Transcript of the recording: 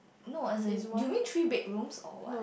no hasn't you mean three bedroom or what